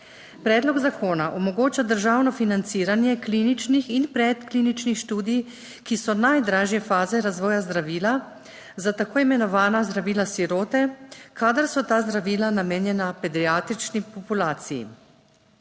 Predlog zakona omogoča državno financiranje kliničnih in predkliničnih študij, ki so najdražje faze razvoja zdravila, za tako imenovana zdravila sirote, kadar so ta zdravila namenjena pediatrični populaciji.